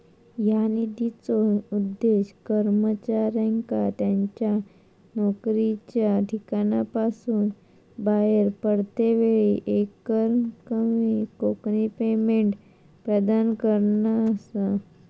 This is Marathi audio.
ह्या निधीचो उद्देश कर्मचाऱ्यांका त्यांच्या नोकरीच्या ठिकाणासून बाहेर पडतेवेळी एकरकमी पेमेंट प्रदान करणा असा